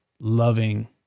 loving